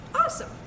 Awesome